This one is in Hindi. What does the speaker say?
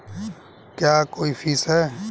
क्या कोई फीस है?